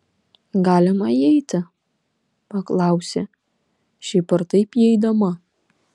galima įeiti paklausė šiaip ar taip įeidama